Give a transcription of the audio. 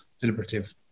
deliberative